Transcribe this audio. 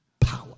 power